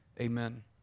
Amen